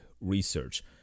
research